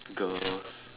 girls